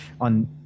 on